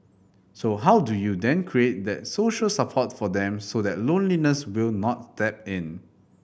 so how do you then create that social support for them so that loneliness will not step in